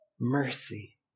mercy